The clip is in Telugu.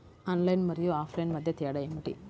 ఆన్లైన్ మరియు ఆఫ్లైన్ మధ్య తేడా ఏమిటీ?